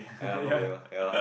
I I'm not going lah ya